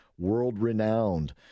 world-renowned